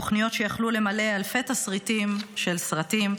תוכניות שיכלו למלא אלפי תסריטים של סרטים,